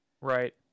Right